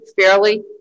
fairly